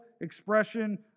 expression